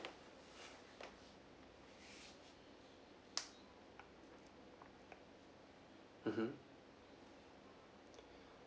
mmhmm